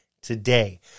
today